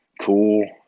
cool